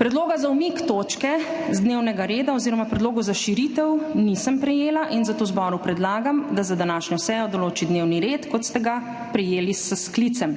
Predloga za umik točke z dnevnega reda oziroma predlogov za širitev nisem prejela in zato zboru predlagam, da za današnjo sejo določi dnevni red, kot ste ga prejeli s sklicem.